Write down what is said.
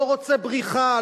לא רוצה בריחה,